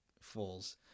fools